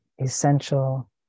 essential